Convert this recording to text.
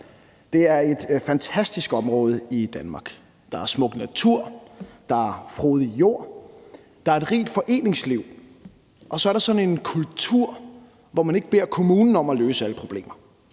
Det er et fantastisk område i Danmark. Der er smuk natur, der er frodig jord, der er et rigt foreningsliv, og så er der sådan en kultur, hvor man ikke beder kommunen om at løse alle problemer.